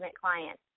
clients